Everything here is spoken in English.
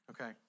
Okay